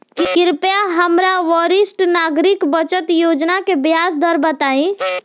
कृपया हमरा वरिष्ठ नागरिक बचत योजना के ब्याज दर बताई